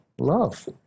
Love